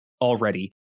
already